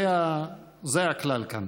זה הכלל כאן.